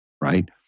right